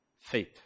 faith